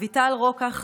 אביטל רוקח,